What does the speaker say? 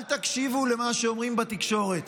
אל תקשיבו למה שאומרים בתקשורת.